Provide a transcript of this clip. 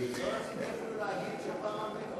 לא רציתי אפילו להגיד שפעם ב-,